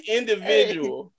individual